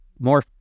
more